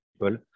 people